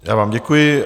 Já vám děkuji.